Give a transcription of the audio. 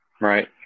Right